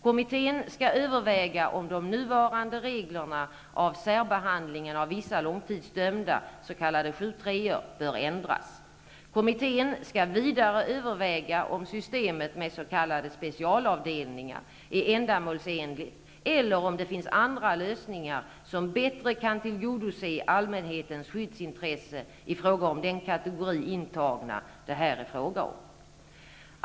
Kommittén skall överväga om de nuvarande reglerna av särbehandlingen av vissa långtidsdömda, s.k. 7:3-or, bör ändras. Kommittén skall vidare överväga om systemet med s.k. specialavdelningar är ändamålsenligt eller om det finns andra lösningar som bättre kan tillgodose allmänhetens skyddsintresse i fråga om den kategori intagna det här är fråga om.